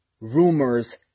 rumors